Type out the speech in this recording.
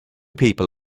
people